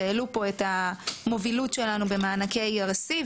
והעלו פה את המובילות שלנו במענקי ERC,